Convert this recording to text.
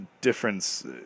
Difference